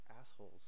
Assholes